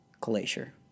glacier